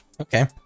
okay